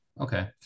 Okay